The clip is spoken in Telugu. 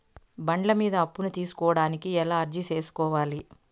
బండ్ల మీద అప్పును తీసుకోడానికి ఎలా అర్జీ సేసుకోవాలి?